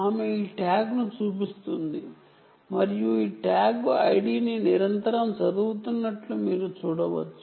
ఆమె ఈ ట్యాగ్ను చూపిస్తుంది మరియు ఈ ట్యాగ్ ID ని నిరంతరం చదువుతున్నట్లు మీరు చూడవచ్చ